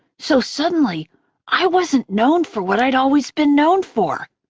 so suddenly i wasn't known for what i'd always been known for,